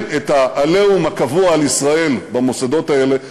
את ה"עליהום" הקבוע על ישראל במוסדות האלה,